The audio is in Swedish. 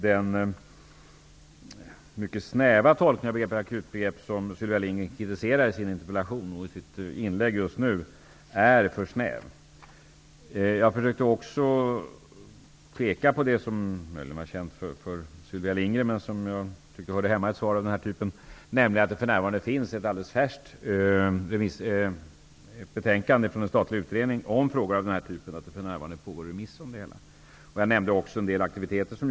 Den tolkningen av begreppet akut som Sylvia Lindgren kritiserar i sin interpellation och även nu i hennes inlägg är för snäv. Jag har försökt att peka på sådant som möjligen är känt för Sylvia Lindgren men som jag tycker hör hemma i ett svar av denna typ, nämligen att det för närvarande finns ett färskt betänkande från en statlig utredning om dessa frågor. Betänkandet är för närvarande ute på remiss. Jag nämnde också en del aktiviteter.